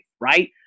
right